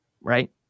right